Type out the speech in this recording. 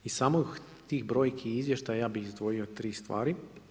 Iz samih tih brojki i izvještaja ja bih izdvojio tri stvari.